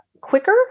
quicker